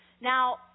Now